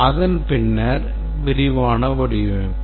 அதன்பின்னர் விரிவான வடிவமைப்பு